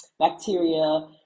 bacteria